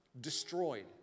destroyed